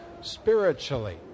spiritually